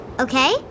okay